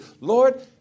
Lord